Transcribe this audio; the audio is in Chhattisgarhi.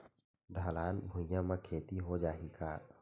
ढलान भुइयां म खेती हो जाही का?